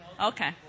Okay